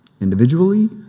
individually